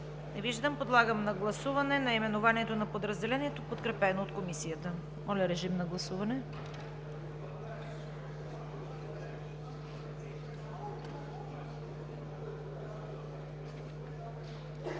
Не виждам. Подлагам на гласуване наименованието на подразделението, подкрепено от Комисията. Гласували